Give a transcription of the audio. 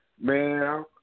Man